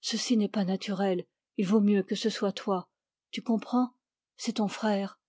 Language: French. ceci n'est pas naturel il vaut mieux que ce soit toi tu comprends c'est ton frère